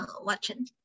watching